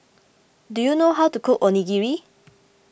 do you know how to cook Onigiri